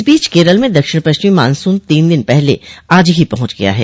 इस बीच केरल में दक्षिण पश्चिमी मॉनसून तीन दिन पहले आज ही पहुंच गया है